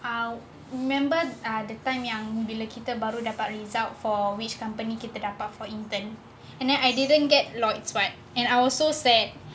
I remember ah the time yang bila kita baru dapat result for which company kita dapat for intern and then I didn't get lots but and I was so sad